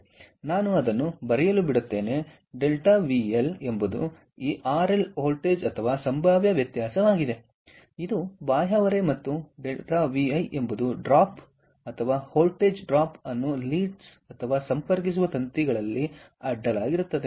ಆದ್ದರಿಂದ ನಾನು ಅದನ್ನು ಬರೆಯಲು ಬಿಡುತ್ತೇನೆ Δವಿಎಲ್ ಎಂಬುದು ಆರ್ಎಲ್ನಾದ್ಯಂತ ವೋಲ್ಟೇಜ್ ಅಥವಾ ಸಂಭಾವ್ಯ ವ್ಯತ್ಯಾಸವಾಗಿದೆ ಇದು ಬಾಹ್ಯ ಹೊರೆ ಮತ್ತು Δವಿಎಲ್ ಎಂಬುದು ಡ್ರಾಪ್ ಅಥವಾ ವೋಲ್ಟೇಜ್ ಡ್ರಾಪ್ ಅನ್ನು ಲೀಡ್ಸ್ ಅಥವಾ ಸಂಪರ್ಕಿಸುವ ತಂತಿಗಳಲ್ಲಿ ಅಡ್ಡಲಾಗಿರುತ್ತದೆ